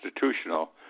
constitutional